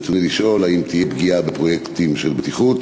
רצוני לשאול: 1. האם תהיה פגיעה בפרויקטים של בטיחות?